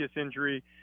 injury